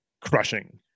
crushing